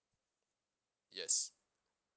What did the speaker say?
yes